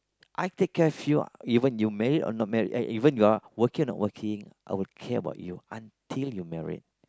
I take care of you even you married or not married eh even you are working or not working I will care about you until you married